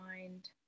mind